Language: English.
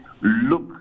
look